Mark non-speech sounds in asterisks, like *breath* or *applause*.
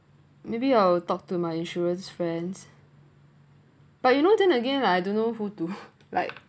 maybe I'll talk to my insurance friends but you know then again lah I don't know who to *breath* like